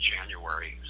January